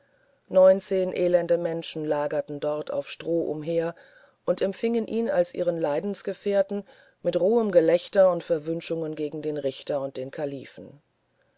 neunzehen elende menschen lagen dort auf stroh umher und empfingen ihn als ihren leidensgefährten mit rohem gelächter und verwünschungen gegen den richter und den kalifen